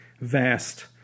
vast